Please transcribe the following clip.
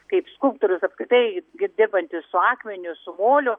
kaip skulptorius apskritai kaip dirbantis su akmeniu su moliu